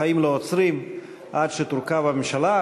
החיים לא נעצרים עד שתורכב הממשלה.